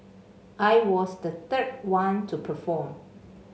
I was the third one to perform